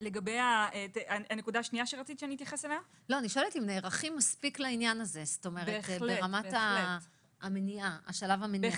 נערכים מספיק לעניין הזה בשלב המניעה?